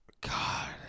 God